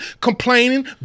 complaining